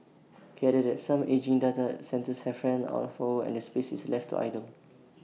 he added that some ageing data centres have ran out of power and the space is left to idle